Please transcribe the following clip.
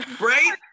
Right